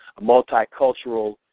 multicultural